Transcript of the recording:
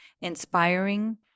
inspiring